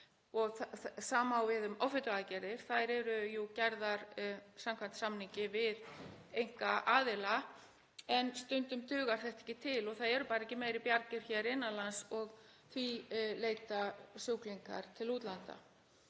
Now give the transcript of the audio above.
Hið sama á við um offituaðgerðir. Þær eru jú gerðar samkvæmt samningi við einkaaðila en stundum dugir þetta ekki til og það eru bara ekki meiri bjargir hér innan lands og því leita sjúklingar til útlanda.